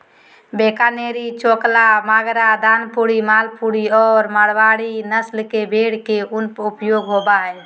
बीकानेरी, चोकला, मागरा, दानपुरी, मालपुरी आरो मारवाड़ी नस्ल के भेड़ के उन उपयोग होबा हइ